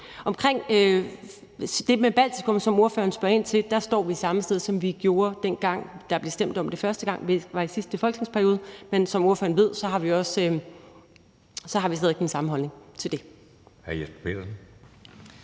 det med Baltikum, som ordføreren spørger ind til, står vi samme sted, som vi gjorde, dengang der blev stemt om det første gang. Det var i sidste folketingsperiode, men som ordføreren ved, har vi stadig væk den samme holdning til det.